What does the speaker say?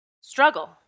struggle